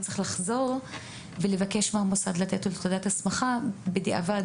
הוא צריך לחזור ולבקש מהמוסד לתת לו תעודת הסמכה בדיעבד.